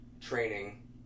training